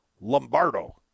Lombardo